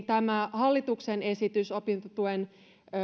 tämä hallituksen esitys opintotuen